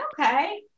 Okay